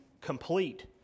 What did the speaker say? complete